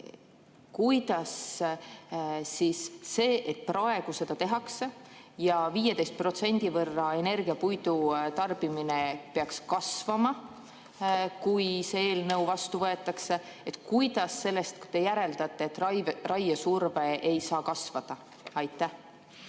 ka jaamades. Praegu seda tehakse ja 15% võrra energiapuidu tarbimine peaks kasvama, kui see eelnõu vastu võetakse. Kuidas te sellest järeldate, et raiesurve ei saa kasvada? Aitäh!